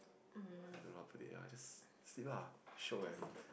I don't know how to put it ya just sleep lah shiok eh